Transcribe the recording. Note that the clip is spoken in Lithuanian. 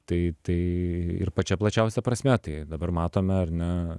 tai tai ir pačia plačiausia prasme tai dabar matome ar ne